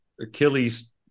Achilles